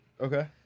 Okay